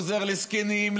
עוזר לזקנים,